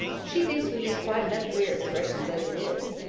she thinks we use quite enough queer expressions as it is.